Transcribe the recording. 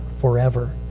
forever